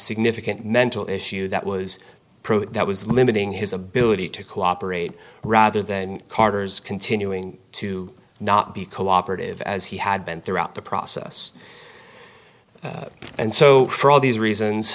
significant mental issue that was that was limiting his ability to cooperate rather than carter's continuing to not be cooperative as he had been throughout the process and so for all these